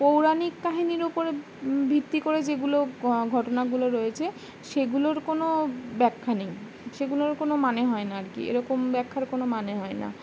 পৌরাণিক কাহিনি উপর ভিত্তি করে যেগুলো ঘটনাগুলো রয়েছে সেগুলোর কোনো ব্যাখ্যা সেগুলোর কোনো মানে হয় না আর কি এরকম ব্যাখার কোনো মানে হয় না